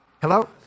Hello